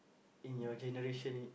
in your generation